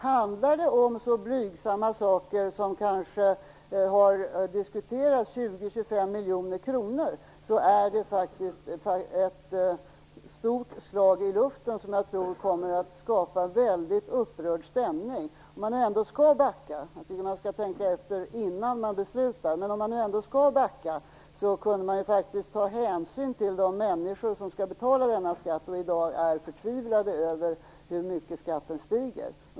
Handlar det om så blygamma saker som har diskuterats - 20-25 miljoner kronor - är det ett stort slag i luften, som jag tror kommer att skapa en väldigt upprörd stämning. Jag tycker att man skall tänka efter innan man beslutar. Men om man ändå skall backa kunde man faktiskt ta hänsyn till de människor som skall betala denna skatt och i dag är förtvivlade över hur mycket skatten stiger.